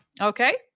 Okay